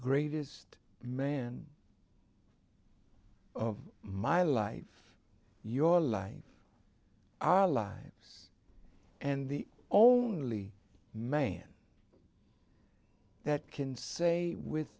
greatest man of my life your life our lives and the only man that can say with